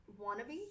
wannabe